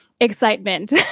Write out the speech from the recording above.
excitement